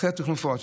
אחרי תכנון מפורט,